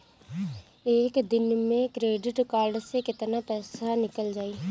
एक दिन मे क्रेडिट कार्ड से कितना पैसा निकल जाई?